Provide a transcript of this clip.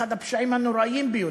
אחד הפשעים הנוראיים ביותר,